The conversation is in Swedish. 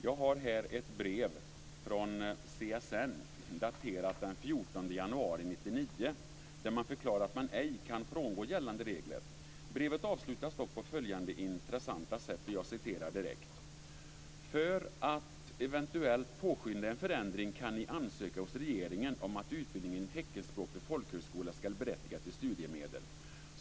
Jag har här ett brev från CSN daterat den 14 januari 1999. Där förklarar man att man ej kan frångå gällande regler. Brevet avslutas dock på följande intressanta sätt: "För att eventuellt påskynda en förändring kan ni ansöka hos regeringen om att utbildningen i teckenspråk vid folkhögskola skall berättiga till studiemedel.